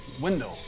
window